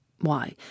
Why